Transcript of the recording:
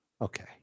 Okay